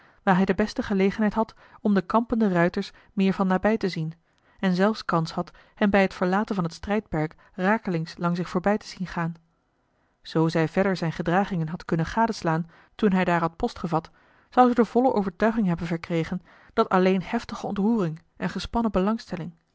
waar hij de beste gelegenheid had om de kampende ruiters meer van nabij te zien en zelfs kans had hen bij het verlaten van het strijdperk rakelings langs zich voorbij te zien gaan zoo zij verder zijne gedragingen had kunnen gadeslaan toen hij daar had post gevat zou ze de volle overtuiging hebben verkregen dat alleen heftige ontroering en gespannen belangstelling